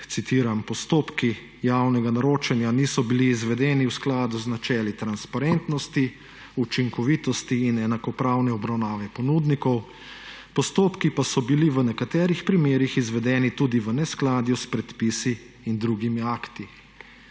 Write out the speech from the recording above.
citiram: »Postopki javnega naročanja niso bili izvedeni v skladu z načeli transparentnosti, učinkovitosti in enakopravne obravnave ponudnikov, postopki pa so bili v nekaterih primerih izvedeni tudi v neskladju s predpisi in drugimi akti.«